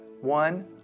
One